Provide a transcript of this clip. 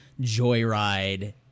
joyride